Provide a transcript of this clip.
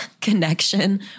connection